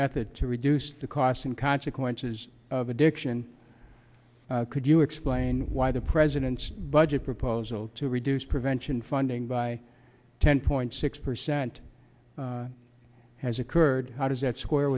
method to reduce the costs and consequences of addiction could you explain why the president's budget proposal to reduce prevention funding by ten point six percent has occurred how does that square